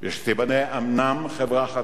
ושתיבנה אומנם חברה חדשה,